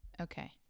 Okay